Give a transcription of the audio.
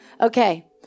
Okay